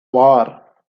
war